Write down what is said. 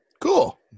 Cool